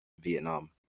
Vietnam